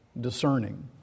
discerning